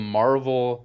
marvel